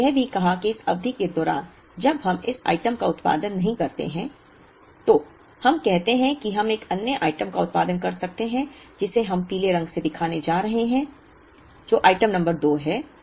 हमने यह भी कहा कि इस अवधि के दौरान जब हम इस आइटम का उत्पादन नहीं करते हैं तो हम कहते हैं कि हम एक अन्य आइटम का उत्पादन कर सकते हैं जिसे हम पीले रंग से दिखाने जा रहे हैं जो आइटम नंबर 2 है